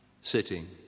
sitting